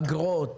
החקלאי אגרות